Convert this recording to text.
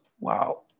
Wow